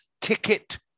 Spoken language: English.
ticket